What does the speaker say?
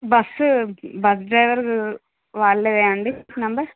bus bus driver వాళ్ళదా అండి number